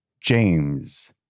James